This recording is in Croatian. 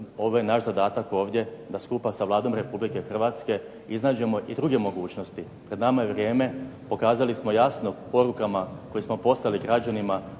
ovo je naš zadatak ovdje da skupa sa Vladom Republike Hrvatske iznađemo i druge mogućnosti. Pred nama je vrijeme, pokazali smo jasno koje smo poslali građanima